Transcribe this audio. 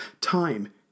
Time